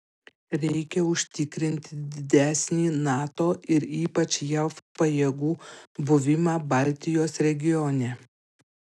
reikia užtikrinti didesnį nato ir ypač jav pajėgų buvimą baltijos regione